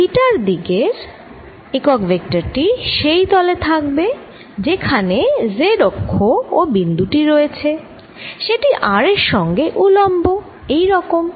থিটার দিকের একক ভেক্টর টি সেই তলে থাকবে যেখানে z অক্ষ ও বিন্দু টি রয়েছে সেটি r এর সঙ্গে উলম্ব এই রকম